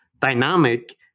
dynamic